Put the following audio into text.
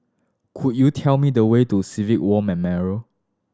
could you tell me the way to Civilian War Memorial